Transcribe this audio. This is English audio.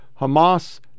Hamas